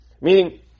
Meaning